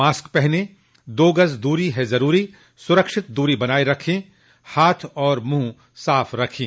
mask पहनें दो गज़ दूरी है ज़रूरी सुरक्षित दूरी बनाए रखें हाथ और मुंह साफ रखें